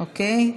אוקיי.